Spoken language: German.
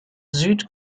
süd